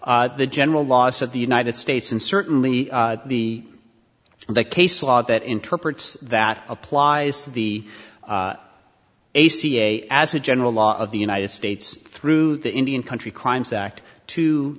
the general laws of the united states and certainly the the case law that interprets that applies to the a c a as a general law of the united states through the indian country crimes act to